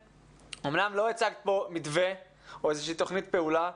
אומנם לא הצגת פה מתווה או איזושהי תוכנית פעולה,